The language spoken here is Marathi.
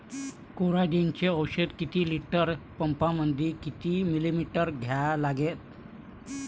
कोराजेन औषध विस लिटर पंपामंदी किती मिलीमिटर घ्या लागन?